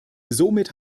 somit